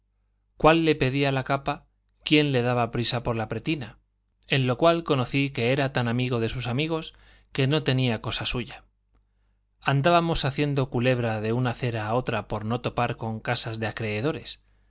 cuál le pedía la capa quién le daba prisa por la pretina en lo cual conocí que era tan amigo de sus amigos que no tenía cosa suya andábamos haciendo culebra de una acera a otra por no topar con casas de acreedores